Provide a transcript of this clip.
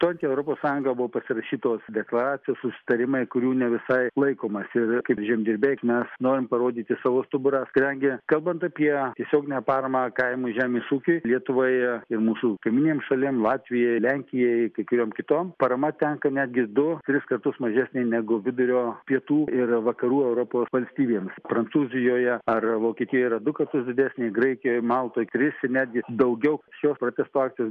stojant į europos sąjungą buvo pasirašytos deklaracijos susitarimai kurių ne visai laikomasi ir kaip žemdirbiai mes norim parodyti savo stuburą kadangi kalbant apie tiesioginę paramą kaimui žemės ūkiui lietuvai ir mūsų kaimyninėm šalim latvijai lenkijai kai kuriom kitom parama tenka netgi du tris kartus mažesnė negu vidurio pietų ir vakarų europos valstybėms prancūzijoje ar vokietijoj yra du kartus didesnė graikijoj maltoj tris ir netgi daugiau šio protesto akcijos